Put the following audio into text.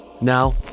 Now